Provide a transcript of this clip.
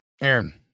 Aaron